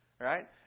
right